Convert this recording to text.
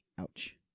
Ouch